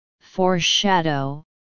foreshadow